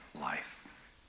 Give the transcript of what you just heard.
life